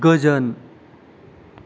गोजोन